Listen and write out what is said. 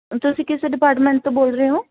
ਤੁਸੀਂ ਕਿਸ ਡਿਪਾਰਟਮੈਂਟ ਤੋਂ ਬੋਲ ਰਹੇ ਓਂ